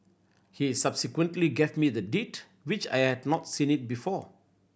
he subsequently gave me the Deed which I had not seen it before